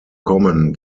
kommen